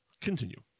Continue